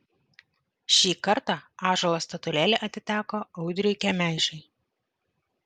šį kartą ąžuolo statulėlė atiteko audriui kemežiui